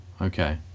Okay